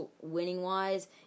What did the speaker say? winning-wise